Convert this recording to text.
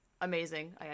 Amazing